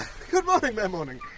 good morning mayor morning.